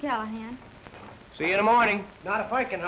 here so you know morning not if i can